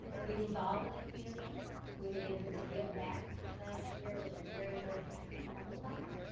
being involved in the community we've been able to give back last year which i'm very very happy and humbled about.